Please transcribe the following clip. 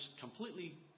completely